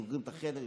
סוגרים את החדר,